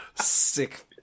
Sick